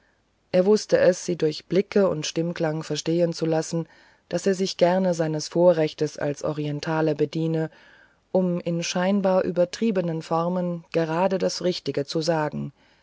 er wußte es sie durch blicke und stimmklang verstehen zu lassen daß er sich gerne seines vorrechtes als orientale bediene um in scheinbar übertriebenen formen gerade das richtige zu sagen